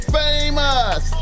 famous